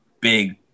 big